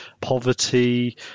poverty